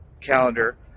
calendar